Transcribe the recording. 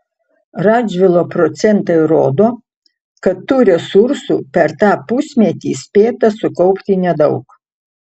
radžvilo procentai rodo kad tų resursų per tą pusmetį spėta sukaupti nedaug